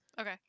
Okay